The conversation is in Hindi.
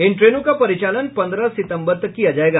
इन ट्रेनों का परिचालन पन्द्रह सितम्बर तक किया जायेगा